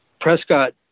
Prescott